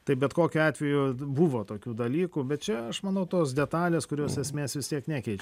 tai bet kokiu atveju buvo tokių dalykų bet čia aš manau tos detalės kurios esmės vis tiek nekeičia